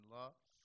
love